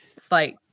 Fight